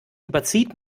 überzieht